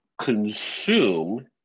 consume